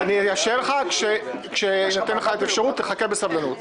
אני אאפשר לך כשתינתן לך אפשרות, תחכה בסבלנות.